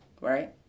right